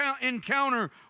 encounter